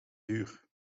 duur